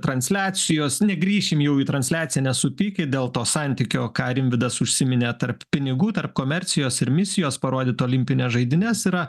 transliacijos negrįšim jau į transliaciją nesupykit dėl to santykio ką rimvydas užsiminė tarp pinigų tarp komercijos ir misijos parodyt olimpines žaidynes yra